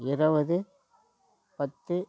இருவது பத்து